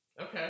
Okay